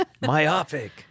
myopic